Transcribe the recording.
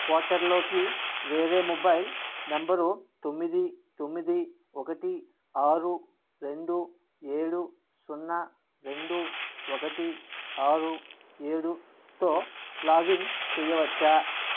పోర్టల్లోకి వేరే mobile number తొమ్మిది తొమ్మిది ఒకటి ఆరు రెండు ఏడు సున్నా రెండు ఒకటి ఆరు ఏడుతో లాగిన్ చేయవచ్చా